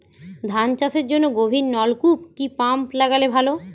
ধান চাষের জন্য গভিরনলকুপ কি পাম্প লাগালে ভালো?